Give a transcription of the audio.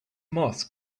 moss